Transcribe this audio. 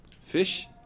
Fish